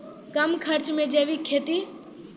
कम खर्च मे जैविक खेती?